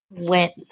went